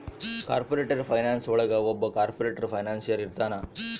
corporate finance ಒಳಗ ಒಬ್ಬ corporate financier ಇರ್ತಾನ